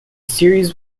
series